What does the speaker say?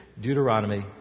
Deuteronomy